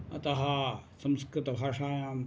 अतः संस्कृतभाषायां